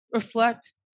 reflect